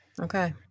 Okay